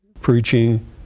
preaching